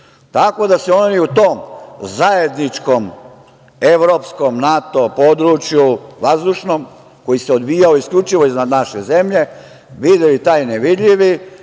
da su oni u tom zajedničkom evropskom NATO području vazdušnom, koji se odvijao isključivo iznad naše zemlje, videli taj nevidljivi